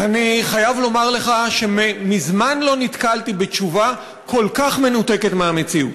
אני חייב לומר לך שמזמן לא נתקלתי בתשובה כל כך מנותקת מהמציאות.